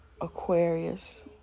Aquarius